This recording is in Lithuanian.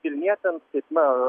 vilnietėms kaip na